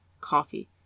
coffee